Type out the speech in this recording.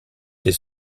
des